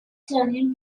turning